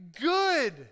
good